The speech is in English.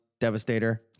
Devastator